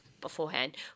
beforehand